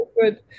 good